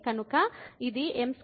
కాబట్టి ఇది m2 over 1 m23